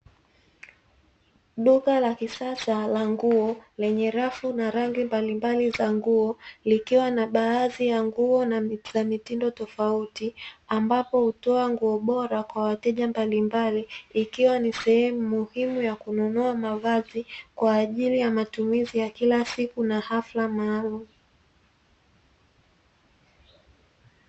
Duka la kisasa la nguo lenye rafu na rangi mbalimbali za nguo likiwa na baadhi ya nguo za mitindo tofauti ambapo hutoa nguo bora kwa wateja mbalimbali, likiwa ni sehemu muhimu ya kununua mavazi kwa ajili ya matumizi ya kila siku na hafla maalumu.